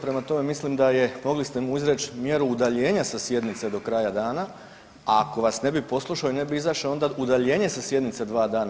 Prema tome, mislim da je, mogli ste mu izreći mjeru udaljenja sa sjednice do kraja dana, a ako vas ne bi poslušao i ne bi izašao onda udaljenje sa sjednice dva dana.